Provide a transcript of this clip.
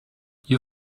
you